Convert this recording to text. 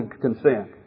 consent